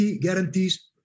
guarantees